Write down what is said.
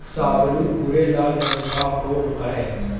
शाहबलूत भूरे लाल रंग का अखरोट होता है